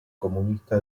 comunista